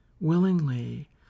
willingly